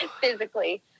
physically